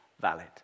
valid